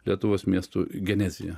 lietuvos miestų genezija